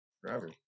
forever